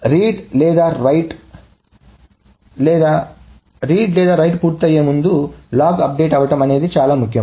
చదవడం లేదా రాయడం చదవడం లేదా రాయడం పూర్తయ్యే ముందు లాగ్ అప్డేట్ అవడం అనేది చాలా ముఖ్యం